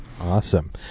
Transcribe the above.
Awesome